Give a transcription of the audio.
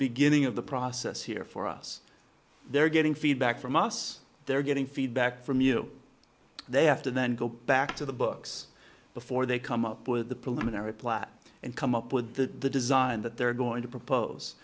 beginning of the process here for us they're getting feedback from us they're getting feedback from you they have to then go back to the books before they come up with the preliminary plat and come up with the design that they're going to propose